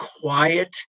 quiet